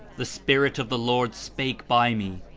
the spirit of the lord spake by me,